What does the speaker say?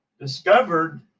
discovered